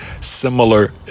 Similar